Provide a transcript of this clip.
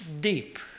deep